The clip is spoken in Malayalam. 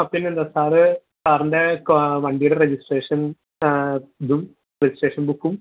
ആ പിന്നെന്താ സാറ് സാറിൻറ്റേ വണ്ടീടെ റെജിസ്ട്രേഷൻ ഇതും റെജിസ്ട്രേഷൻ ബുക്കും